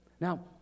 Now